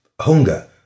hunger